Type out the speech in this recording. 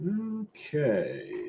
Okay